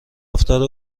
رفتار